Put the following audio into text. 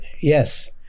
Yes